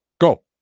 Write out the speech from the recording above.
go